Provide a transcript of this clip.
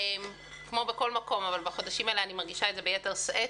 כמו בכל מקום אבל בחודשים האלה אני מרגישה את זה ביתר שאת,